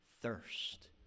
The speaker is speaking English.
thirst